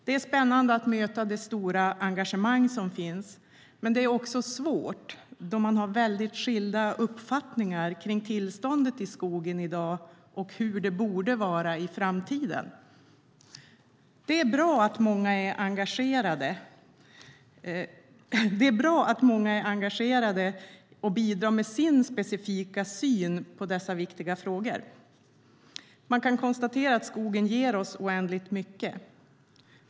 Det är spännande att möta det stora engagemang som finns, men det är också svårt då man har väldigt skilda uppfattningar om tillståndet i skogen i dag och hur det borde vara i framtiden. Det är bra att många är engagerade och bidrar med sin specifika syn på dessa viktiga frågor. Man kan konstatera att skogen ger oss oändligt mycket.